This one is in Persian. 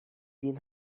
دین